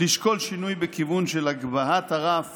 לשקול שינוי בכיוון של הגבהת הרף